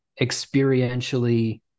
experientially